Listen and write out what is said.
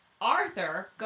Arthur